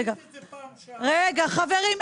חברים,